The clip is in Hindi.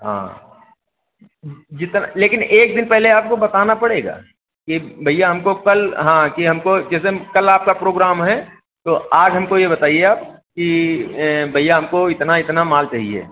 हाँ जितना लेकिन एक दिन पहले आपको बताना पड़ेगा कि भैया हमको कल हाँ कि हमको जिस दिन कल आपका प्रोग्राम है तो आज हमको यह बताइए आप कि भैया हमको इतना इतना माल चहिए